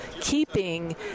keeping